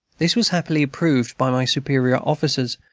this was happily approved by my superior officers,